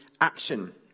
action